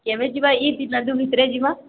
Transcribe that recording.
କେବେ ଯିବା ଏଇ ଦିନ ଯେଉଁ ଭିତରେ ଯିବା